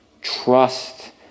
Trust